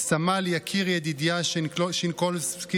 סמל יקיר ידידיה שנקולבסקי,